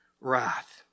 wrath